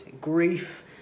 grief